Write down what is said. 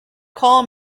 call